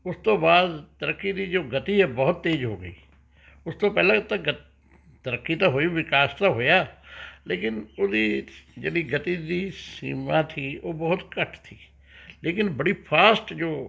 ਉਸ ਤੋਂ ਬਾਅਦ ਤਰੱਕੀ ਦੀ ਜੋ ਗਤੀ ਹੈ ਬਹੁਤ ਤੇਜ਼ ਹੋ ਗਈ ਉਸ ਤੋਂ ਪਹਿਲਾਂ ਤਗ ਤਰੱਕੀ ਤਾਂ ਹੋਈ ਵਿਕਾਸ ਤਾਂ ਹੋਇਆ ਲੇਕਿਨ ਉਹਦੀ ਜਿਹੜੀ ਗਤੀ ਦੀ ਸੀਮਾ ਸੀ ਉਹ ਬਹੁਤ ਘੱਟ ਸੀ ਲੇਕਿਨ ਬੜੀ ਫਾਸਟ ਜੋ